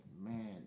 man